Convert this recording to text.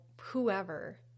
whoever